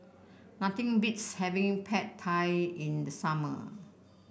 nothing beats having Pad Thai in the summer